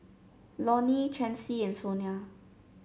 Lonny Chancey and Sonia